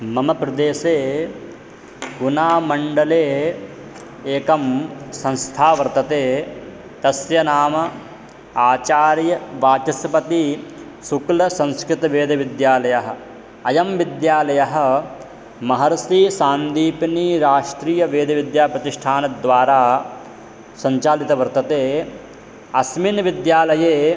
मम प्रदेशे गुणामण्डले एकं संस्था वर्तते तस्य नाम आचार्यवाचस्पति शुक्लसंस्कृतवेदविद्यालयः अयं विद्यालयः महर्षिसान्दीपनी राष्ट्रीय वेदविद्याप्रतिष्ठानद्वारा सञ्चालितः वर्तते अस्मिन् विद्यालये